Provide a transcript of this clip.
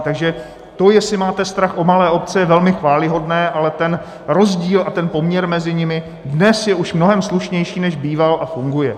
Takže to, jestli máte strach o malé obce, je velmi chvályhodné, ale ten rozdíl a ten poměr mezi nimi je už dnes mnohem slušnější, než býval, a funguje.